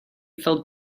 felt